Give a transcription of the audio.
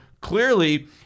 Clearly